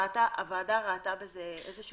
הוועדה ראתה בזה סוג של מכשול.